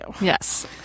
Yes